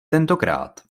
tentokrát